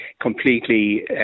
completely